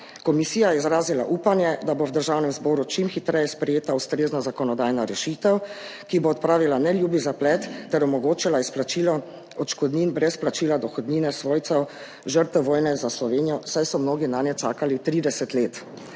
Komisija je izrazila upanje, da bo v Državnem zboru čim hitreje sprejeta ustrezna zakonodajna rešitev, ki bo odpravila neljubi zaplet ter omogočila izplačilo odškodnin brez plačila dohodnine svojcev žrtev vojne za Slovenijo, saj so mnogi nanje čakali 30 let.